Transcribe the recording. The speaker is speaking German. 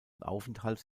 aufenthalts